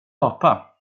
apa